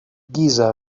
giza